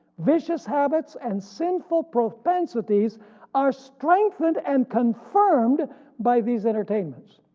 vicious habits and sinful propensities are strengthened and confirmed by these entertainments.